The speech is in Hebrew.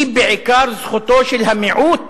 היא בעיקר זכותו של המיעוט